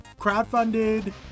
crowdfunded